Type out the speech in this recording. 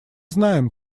знаем